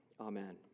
Amen